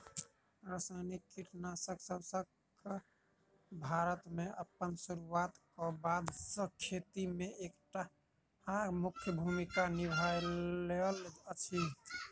रासायनिक कीटनासकसब भारत मे अप्पन सुरुआत क बाद सँ खेती मे एक टा मुख्य भूमिका निभायल अछि